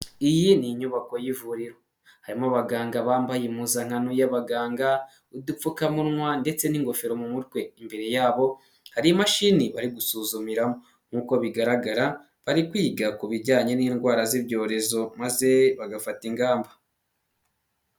Iyi ni inyubako y'ivuriro, harimo abaganga bambaye impuzankano y'abaganga, udupfukamunwa ndetse n'ingofero mu mutwe, imbere yabo hari imashini bari gusuzumira, nkuko bigaragara bari kwiga ku bijyanye n'indwara z'ibyorezo maze bagafata ingamba.